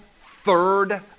third